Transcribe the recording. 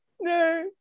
no